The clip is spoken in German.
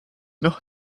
noch